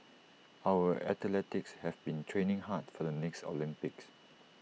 our athletes have been training hard for the next Olympics